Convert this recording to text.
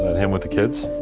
him with the kids?